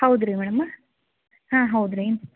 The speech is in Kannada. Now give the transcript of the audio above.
ಹೌದು ರೀ ಮೇಡಮ್ಮ ಹಾಂ ಹೌದು ರೀ